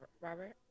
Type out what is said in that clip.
robert